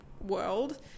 world